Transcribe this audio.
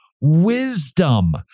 wisdom